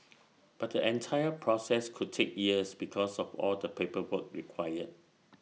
but the entire process could take years because of all the paperwork required